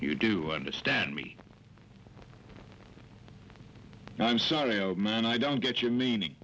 you do understand me i'm sorry oh man i don't get your meaning